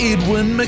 Edwin